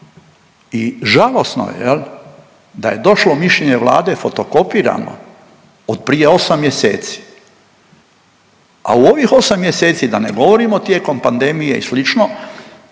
i žalosno je da je došlo mišljenje Vlade fotokopirano od prije osam mjeseci, a u ovih osam mjeseci da ne govorimo tijekom pandemije i sl.